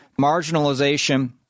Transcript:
marginalization